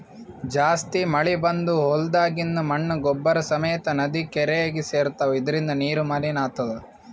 ಜಾಸ್ತಿ ಮಳಿ ಬಂದ್ ಹೊಲ್ದಾಗಿಂದ್ ಮಣ್ಣ್ ಗೊಬ್ಬರ್ ಸಮೇತ್ ನದಿ ಕೆರೀಗಿ ಸೇರ್ತವ್ ಇದರಿಂದ ನೀರು ಮಲಿನ್ ಆತದ್